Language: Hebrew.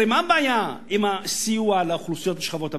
הרי מה הבעיה עם הסיוע לאוכלוסיות משכבות הביניים?